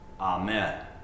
Amen